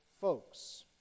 folks